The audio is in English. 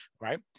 right